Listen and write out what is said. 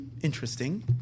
interesting